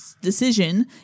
decision